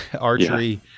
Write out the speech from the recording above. archery